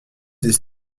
des